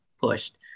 pushed